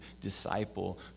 disciple